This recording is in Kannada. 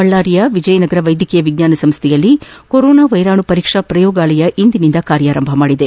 ಬಳ್ಳಾರಿಯ ವಿಜಯನಗರ ವೈಡ್ಕಕೀಯ ವಿಜ್ಣಾನ ಸಂಸ್ಥೆಯಲ್ಲಿ ಕೊರೋನಾ ವೈರಾಣು ಪರೀಕ್ಷಾ ಪ್ರಯೋಗಾಲಯ ಇಂದಿನಿಂದ ಆರಂಭವಾಗಿದೆ